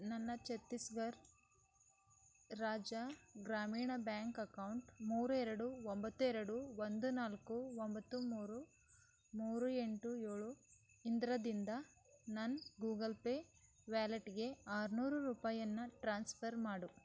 ನನ್ನ Chhattisgarh Rajya Gramin bank account ಮೂರು ಎರಡು ಒಂಬತ್ತು ಎರಡು ಒಂದು ನಾಲ್ಕು ಒಂಬತ್ತು ಮೂರು ಮೂರು ಎಂಟು ಏಳು ಇಂದರಿಂದ ನನ್ನ ಗೂಗಲ್ ಪೇ ವ್ಯಾಲೆಟ್ಗೆ ಆರು ನೂರು ರೂಪಾಯಿಯನ್ನು ಟ್ರಾನ್ಸ್ಫರ್ ಮಾಡು